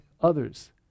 others